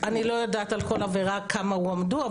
אני לא יודעת על כל עבירה כמה הועמדו,